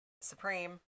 Supreme